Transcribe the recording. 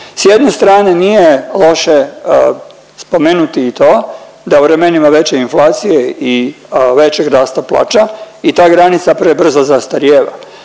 S jedne strane nije loše spomenuti i to da u vremenima veće inflacije i većeg rasta plaća i ta granica prebrzo zastarijeva.